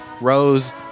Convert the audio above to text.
Rose